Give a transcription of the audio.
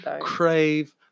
crave